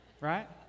Right